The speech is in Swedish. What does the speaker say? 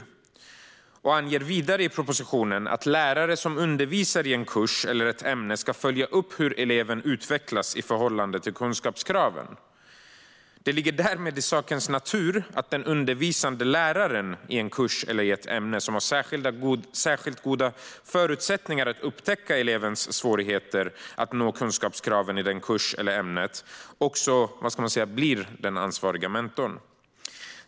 Vidare anges i propositionen att lärare som undervisar i en kurs eller ett ämne ska följa upp hur eleven utvecklas i förhållande till kunskapskraven. Det ligger därmed i sakens natur att den undervisande läraren i en kurs eller i ett ämne, som har särskilt goda förutsättningar att upptäcka elevens svårigheter att nå kunskapskraven på kursen eller i ämnet, också blir den ansvarige mentorn.